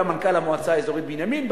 היה מנכ"ל המועצה האזורית בנימין,